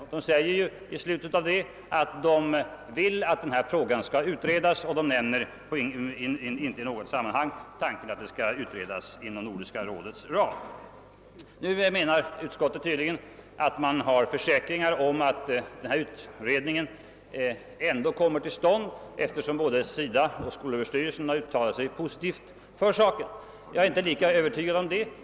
SIDA säger i slutet av detta att denna fråga bör utredas men nämner inte i något sammanhang tanken att den skall utredas inom Nordiska rådets ram. Utskottet anser sig tydligen ha försäkringar om att denna utredning ändå kommer till stånd, eftersom både SIDA och skolöverstyrelsen har uttalat sig positivt om saken. Jag är inte lika övertygad om det.